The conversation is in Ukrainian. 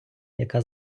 яка